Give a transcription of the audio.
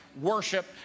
worship